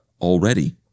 already